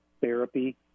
therapy